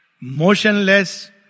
Motionless